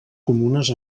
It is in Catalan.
comunes